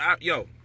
yo